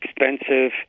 expensive